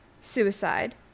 suicide